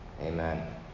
Amen